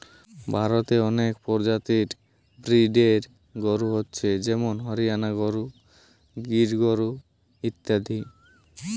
ভারতে অনেক প্রজাতির ব্রিডের গরু হচ্ছে যেমন হরিয়ানা গরু, গির গরু ইত্যাদি